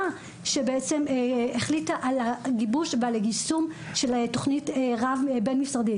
שבעצם החליטה על גיבוש ועל יישום של תוכנית בין-משרדית.